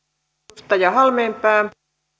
edustaja halmeenpää anteeksi taisi ollakin